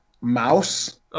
Mouse